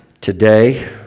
Today